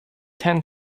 ten